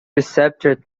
receptors